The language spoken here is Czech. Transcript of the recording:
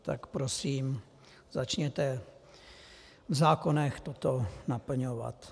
Tak prosím, začněte v zákonech toto naplňovat.